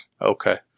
Okay